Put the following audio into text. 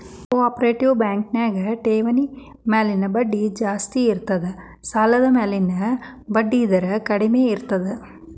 co operative bank ನ್ಯಾಗ ಠೆವ್ಣಿ ಮ್ಯಾಲಿನ್ ಬಡ್ಡಿ ಜಾಸ್ತಿ ಇರ್ತದ ಸಾಲದ್ಮ್ಯಾಲಿನ್ ಬಡ್ಡಿದರ ಕಡ್ಮೇರ್ತದ